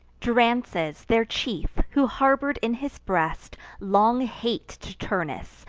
drances, their chief, who harbor'd in his breast long hate to turnus,